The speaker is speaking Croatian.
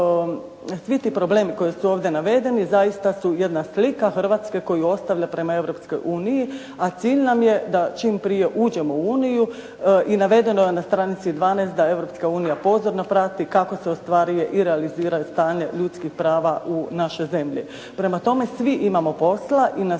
svi ti problemi koji su ovdje navedeni zaista su jedna slika Hrvatske koju ostavlja prema Europskoj uniji, a cilj nam je da čim prije uđemo u Uniju i navedeno je na stranici 12, da Europska unija pozorno prati kako se ostvaruje i realizira stanje ljudskih prava u našoj zemlji. Prema tome svi imamo posla i na